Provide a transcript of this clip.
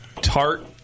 tart